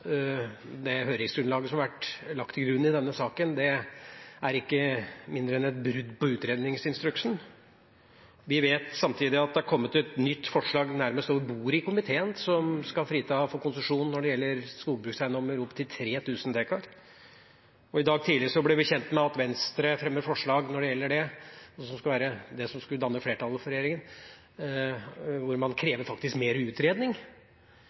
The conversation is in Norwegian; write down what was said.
at høringsgrunnlaget i denne saken er ikke mindre enn et brudd på utredningsinstruksen. Vi vet samtidig at det har kommet et nytt forslag nærmest over bordet i komiteen som skal frita for konsesjon når det gjelder skogbrukseiendommer opp til 3 000 dekar, og i dag tidlig ble vi kjent med at Venstre fremmer forslag – når det gjelder det som skulle danne flertallet for regjeringa – hvor man faktisk krever mer utredning.